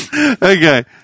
okay